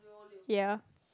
yeah